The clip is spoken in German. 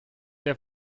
der